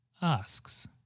asks